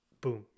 Boom